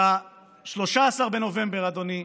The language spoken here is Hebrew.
ב-13 בנובמבר, אדוני,